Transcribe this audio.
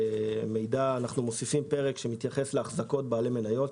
אנחנו מוסיפים פרק שמתייחס לאחזקות של בעלי מניות.